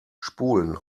spulen